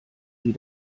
sie